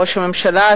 ראש הממשלה,